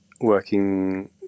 working